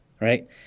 right